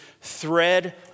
thread